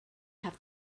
have